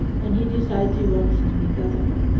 and he decides he wants to be governor